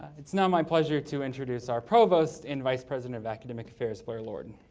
it is now my pleasure to introduce our provost and vice president of academic affairs, blair lord.